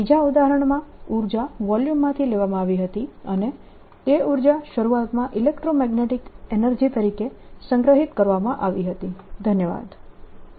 બીજા ઉદાહરણમાં ઉર્જા વોલ્યુમમાંથી લેવામાં આવી હતી અને તે ઉર્જા શરૂઆતમાં ઇલેક્ટ્રોમેગ્નેટીક એનર્જી તરીકે સંગ્રહિત કરવામાં આવી હતી